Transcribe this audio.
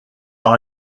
par